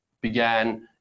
began